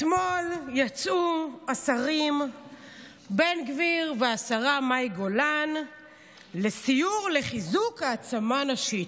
אתמול יצאו השר בן גביר והשרה מאי גולן לסיור לחיזוק העצמה נשית.